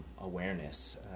awareness